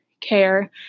care